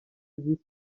visi